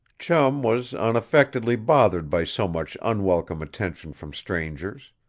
chum was unaffectedly bothered by so much unwelcome attention from strangers.